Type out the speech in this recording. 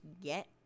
get